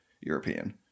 European